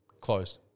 Closed